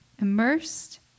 immersed